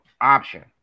option